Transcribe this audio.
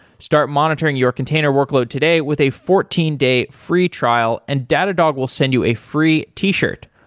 start monitoring your container workload today with a fourteen day free trial and datadog will send you a free t-shirt.